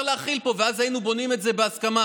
להכיל פה ואז היינו בונים את זה בהסכמה,